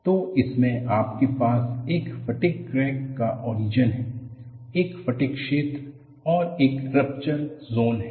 तो इसमें आपके पास एक फटिग क्रैक का ओरिजिन है एक फटीग क्षेत्र और एक रपचर ज़ोन है